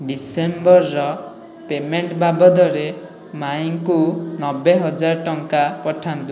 December ର payment ବାବଦରେ ମାଇଁଙ୍କୁ ନବେ ହଜାର ଟଙ୍କା ପଠାନ୍ତୁ